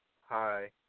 Hi